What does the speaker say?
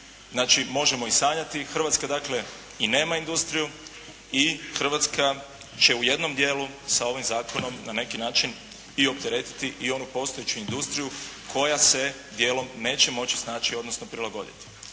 znači možemo ih sanjati. Hrvatska, dakle i nema industriju i Hrvatska će u jednom dijelu sa ovim zakonom na neki način i opteretiti i onu postojeću industriju koja se dijelom neće moći snaći odnosno prilagoditi.